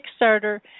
Kickstarter